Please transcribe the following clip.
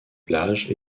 plages